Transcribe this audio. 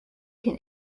can